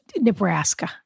Nebraska